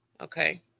Okay